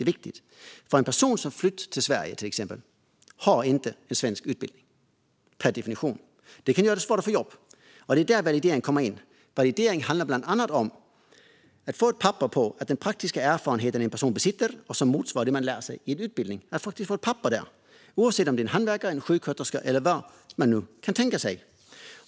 En person som exempelvis har flytt till Sverige har per definition ingen svensk utbildning. Det kan göra det svårt att få jobb, och det är där validering kommer in. Validering handlar bland annat om att få ett papper på att den praktiska erfarenhet en person besitter motsvarar det man lär sig på en utbildning, oavsett om man är hantverkare, sjuksköterska eller vad man nu kan tänka sig.